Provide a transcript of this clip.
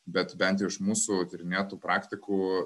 bet bent iš mūsų tyrinėtų praktikų